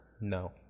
No